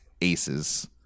Aces